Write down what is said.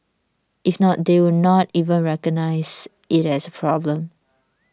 if not they would not even recognise it as a problem